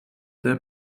their